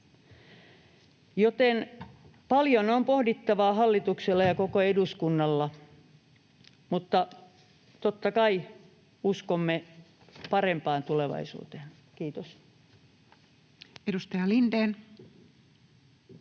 Joten paljon on pohdittavaa hallituksella ja koko eduskunnalla, mutta totta kai uskomme parempaan tulevaisuuteen. — Kiitos.